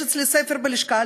יש אצלי ספר בלשכה,